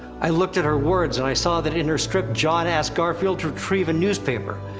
i looked at her words, and i saw that, in her strip, jon asked garfield to retrieve a newspaper.